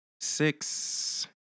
six